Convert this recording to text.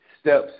steps